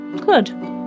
good